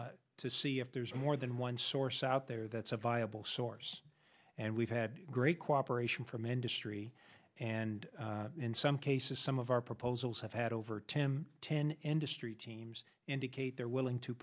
industry to see if there's more than one source out there that's a viable source and we've had great cooperation from industry and in some cases some of our proposals have had over ten ten industry teams indicate they're willing to